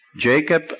Jacob